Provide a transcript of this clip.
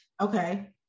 okay